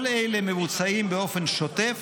כל אלה מבוצעים באופן שוטף,